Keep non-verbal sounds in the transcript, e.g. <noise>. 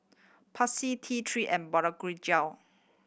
Pansy T Three and <unintelligible>